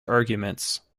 arguments